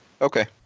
Okay